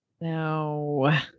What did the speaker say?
No